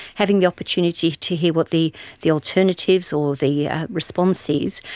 having the opportunity to hear what the the alternatives or the response is,